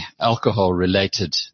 alcohol-related